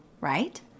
right